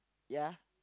ya